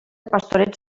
pastorets